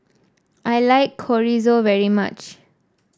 I like Chorizo very much